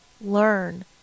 learn